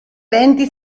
venti